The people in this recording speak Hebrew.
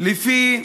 לפי